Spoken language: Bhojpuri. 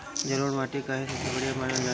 जलोड़ माटी काहे सबसे बढ़िया मानल जाला?